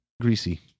Greasy